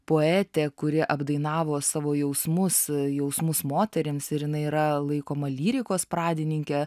poetė kuri apdainavo savo jausmus jausmus moterims ir jinai yra laikoma lyrikos pradininke